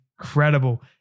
incredible